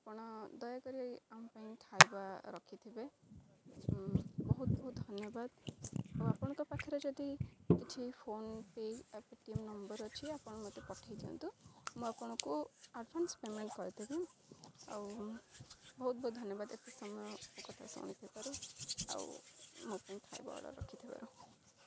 ଆପଣ ଦୟାକରି ଆମ ପାଇଁ ଖାଇବା ରଖିଥିବେ ବହୁତ ବହୁତ ଧନ୍ୟବାଦ ଆଉ ଆପଣଙ୍କ ପାଖରେ ଯଦି କିଛି ଫୋନ୍ ପେ ଆଉ ପେଟିଏମ୍ ନମ୍ବର୍ ଅଛି ଆପଣ ମୋତେ ପଠେଇ ଦିଅନ୍ତୁ ମୁଁ ଆପଣଙ୍କୁ ଆଡ଼ଭାନ୍ସ ପେମେଣ୍ଟ୍ କରିଦେବି ଆଉ ବହୁତ ବହୁତ ଧନ୍ୟବାଦ ଏତେ ସମୟ ମୋ କଥା ଶୁଣିଥିବାରୁ ଆଉ ମୋ ପାଇଁ ଖାଇବା ଅର୍ଡ଼ର୍ ରଖିଥିବାରୁ